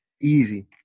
Easy